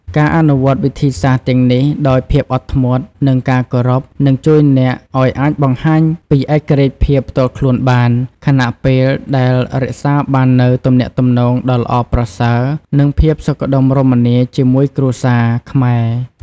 ការអនុវត្តវិធីសាស្ត្រទាំងនេះដោយភាពអត់ធ្មត់ និងការគោរព នឹងជួយអ្នកឲ្យអាចបង្ហាញពីឯករាជ្យភាពផ្ទាល់ខ្លួនបាន ខណៈពេលដែលរក្សាបាននូវ ទំនាក់ទំនងដ៏ល្អប្រសើរ និងភាពសុខដុមរមនា ជាមួយគ្រួសារខ្មែរ។